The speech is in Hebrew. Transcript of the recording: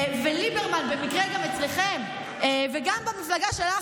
וליברמן, במקרה גם אצלכם וגם במפלגה שלך,